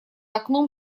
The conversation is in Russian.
окном